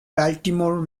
baltimore